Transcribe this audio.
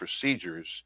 procedures